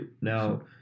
now